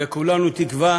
וכולנו תקווה